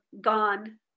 gone